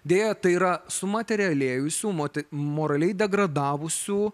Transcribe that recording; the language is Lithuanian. deja tai yra sumaterialėjusių moti moraliai degradavusių